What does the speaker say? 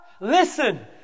listen